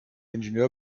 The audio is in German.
ingenieur